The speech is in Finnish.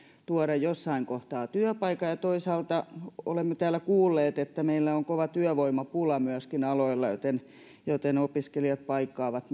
tuoda jossain kohtaa työpaikan ja toisaalta olemme täällä kuulleet että meillä on kova työvoimapula myöskin joillakin aloilla joten joten opiskelijat paikkaavat